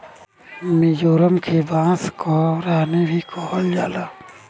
मिजोरम के बांस कअ रानी भी कहल जाला